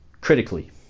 Critically